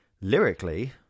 lyrically